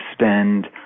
spend